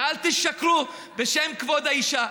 ואל תשקרו בשם כבוד האישה.